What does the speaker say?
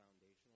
foundational